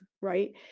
Right